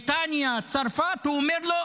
בריטניה, צרפת, הוא אומר לו: